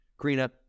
Karina